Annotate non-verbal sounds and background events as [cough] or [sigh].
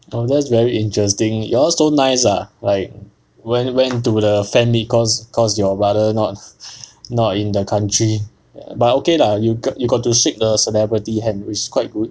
oh that's very interesting you all so nice ah like went went to the fan meet cause cause your brother not [laughs] not in the country but okay lah you got you got to shake the celebrity hand which is quite good